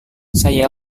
saya